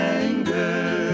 anger